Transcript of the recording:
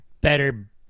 better